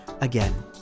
again